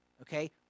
okay